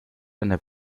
eine